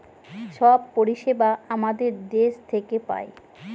সব পরিষেবা আমাদের দেশ থেকে পায়